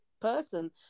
person